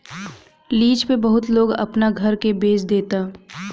lease पे बहुत लोग अपना घर के बेच देता